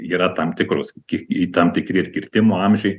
yra tam tikros ki tam tikri kirtimo amžiai